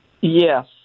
Yes